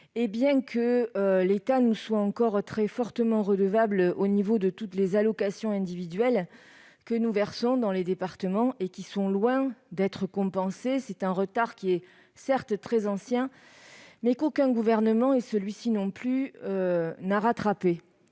et bien que l'État nous soit encore très fortement redevable, au regard de toutes les allocations individuelles que nous versons et qui sont loin d'être compensées. Ce retard est certes très ancien, mais aucun gouvernement- celui-ci non plus -ne l'a rattrapé.